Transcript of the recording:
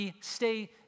stay